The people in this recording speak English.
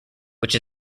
which